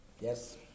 Yes